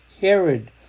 Herod